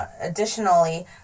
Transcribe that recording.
Additionally